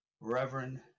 Reverend